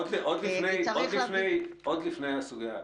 עוד לפני הסוגיה.